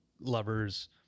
lovers